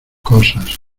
cosas